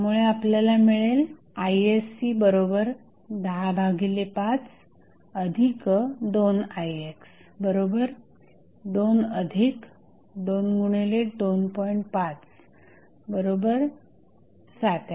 त्यामुळे आपल्याला मिळेल isc1052ix222